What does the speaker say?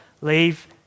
leave